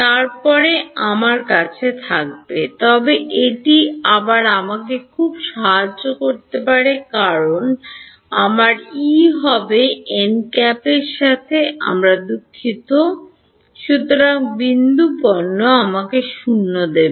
তারপরে আমার কাছে থাকবে তবে এটি আবার আমাকে খুব সাহায্য করতে পারে কারণ আমার E হবে Nˆ এর সাথে আমি দুঃখিত ˆ সুতরাং বিন্দু পণ্য আমাকে 0 দেবে